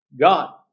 God